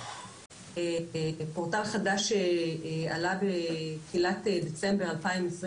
פורטל חדש שעלה בתחילת דצמבר 2021,